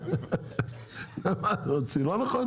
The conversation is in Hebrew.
הצבעה אושר פה אחד, עבר.